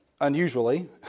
unusually